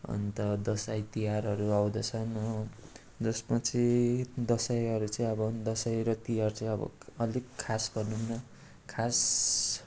अन्त दसैँ तिहारहरू आउँदछन् जसमा चाहिँ दसैँहरू चाहिँ अब दसैँ र तिहार चाहिँ अब अलिक खास भनौँ न खास